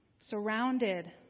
surrounded